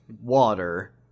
water